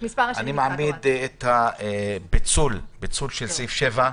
אני מעמיד את פיצול סעיף 7,